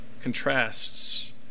contrasts